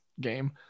game